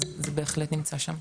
אז זה בהחלט נמצא שם.